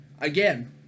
Again